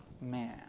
man